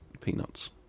peanuts